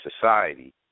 society